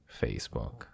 facebook